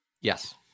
Yes